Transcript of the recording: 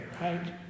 right